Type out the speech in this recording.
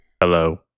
Hello